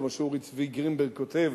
כמו שאורי צבי גרינברג כותב,